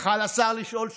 היה יכול השר לשאול שאלות,